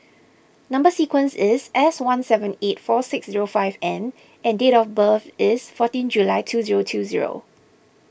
Number Sequence is S one seven eight four six zero five N and date of birth is fourteen July two zero two